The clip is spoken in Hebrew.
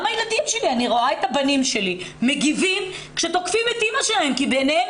אני רואה את הבנים שלי מגיבים כשתוקפים את אימא שלהם כי בעיניהם